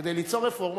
כדי ליצור רפורמה,